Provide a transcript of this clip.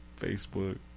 Facebook